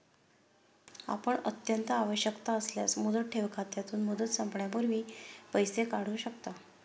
आपण अत्यंत आवश्यकता असल्यास मुदत ठेव खात्यातून, मुदत संपण्यापूर्वी पैसे काढू शकता